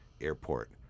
airport